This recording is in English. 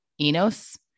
Enos